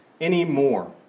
anymore